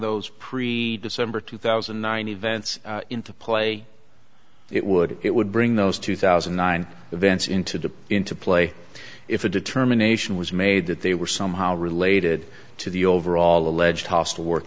those pre december two thousand and nine events into play it would it would bring those two thousand and nine events into the into play if a determination was made that they were somehow related to the overall alleged hostile work